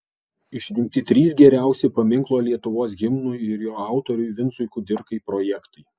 išrinkti trys geriausi paminklo lietuvos himnui ir jo autoriui vincui kudirkai projektai